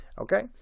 Okay